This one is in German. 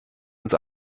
uns